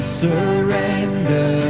surrender